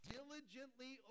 Diligently